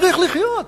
צריך לחיות.